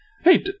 hey